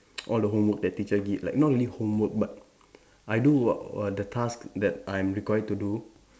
all the homework that teacher give like not really homework but I do all the task that I'm required to do